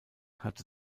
hatte